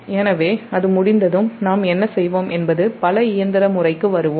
எனவே அது முடிந்ததும் நாம் என்ன செய்வோம் என்பது பல இயந்திர முறைக்கு வருவோம்